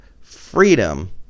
freedom